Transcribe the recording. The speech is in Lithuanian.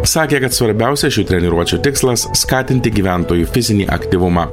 sakė kad svarbiausia šių treniruočių tikslas skatinti gyventojų fizinį aktyvumą